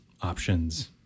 options